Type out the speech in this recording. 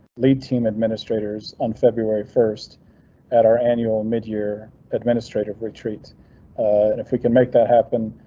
lead team administrators on february first at our annual midyear administrative retreat. and if we can make that happen,